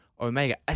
Omega